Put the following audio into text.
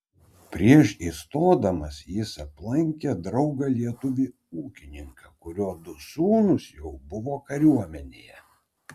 prieš įstodamas jis aplankė draugą lietuvį ūkininką kurio du sūnūs jau buvo kariuomenėje